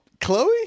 Chloe